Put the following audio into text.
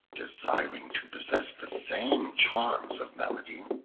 desiring to possess the same charms of melody,